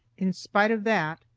in spite of that,